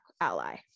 ally